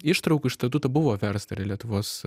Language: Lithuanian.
ištraukų iš statuto buvo versta ir lietuvos